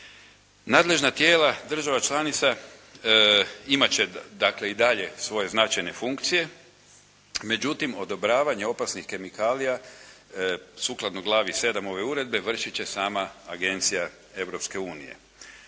Nadležna tijela država članica imat će dakle i dalje svoje značajne funkcije, međutim odobravanje opasnih kemikalija sukladno glavi 7. ove uredbe vršit će sama Agencija